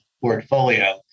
portfolio